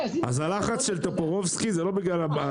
אז הלחץ של טופורובסקי הוא לא בגלל זה,